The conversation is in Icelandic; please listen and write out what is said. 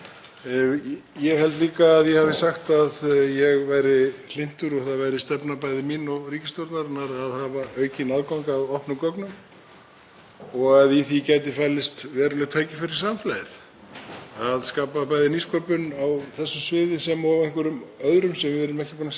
og að í því gæti falist veruleg tækifæri fyrir samfélagið í nýsköpun á þessu sviði sem og á einhverjum öðrum sem við erum ekki búin að sjá fyrir. En það er nokkuð augljóst að ef þeir fjármunir sem eru sértekjur í dag, til að standa undir ákveðnum hluta starfsemi